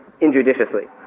injudiciously